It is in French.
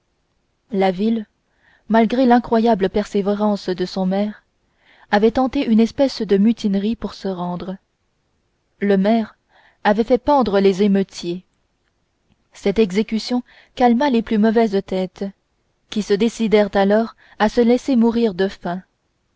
la ville malgré l'incroyable persévérance de son maire avait tenté une espèce de mutinerie pour se rendre le maire avait fait pendre les émeutiers cette exécution calma les plus mauvaises têtes qui se décidèrent alors à se laisser mourir de faim